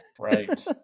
right